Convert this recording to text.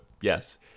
yes